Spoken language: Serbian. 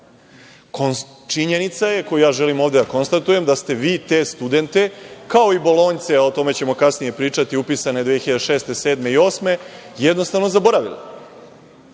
Činjenica je, koju želim da konstatujem, da ste vi te studente, kao i bolonjce, o tome ćemo kasnije pričati, upisane 2006, 2007. i 2008. godine jednostavno zaboravili. Imali